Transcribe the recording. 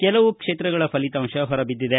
ಕೆಲವು ಕ್ಷೇತ್ರಗಳ ಫಲಿತಾಂಶ ಹೊರಬಿದ್ದಿದೆ